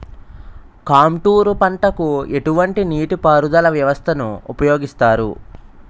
Contour పంటకు ఎటువంటి నీటిపారుదల వ్యవస్థను ఉపయోగిస్తారు?